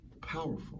powerful